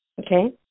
okay